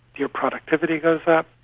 your productivity goes up,